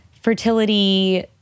fertility